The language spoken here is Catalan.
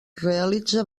realitza